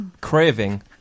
craving